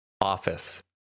office